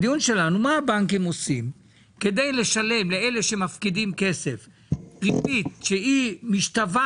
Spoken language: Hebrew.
מה הבנקים עושים כדי לשלם לאלה שמפקידים כסף ריבית שמשתווה